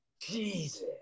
Jesus